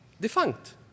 defunct